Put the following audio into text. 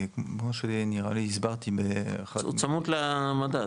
כמו שנראה לי הסברתי --- הוא צמוד למדד, נכון?